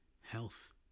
health